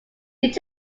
did